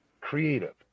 creative